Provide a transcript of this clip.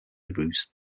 hebrews